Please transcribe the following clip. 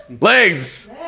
Legs